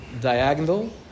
diagonal